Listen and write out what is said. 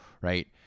right